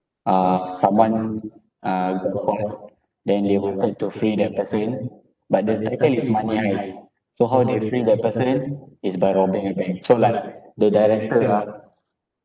uh someone uh got caught then they will try to free that person but the title is money heist so how they free that person is by robbing a bank so like the director ah